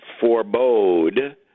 forebode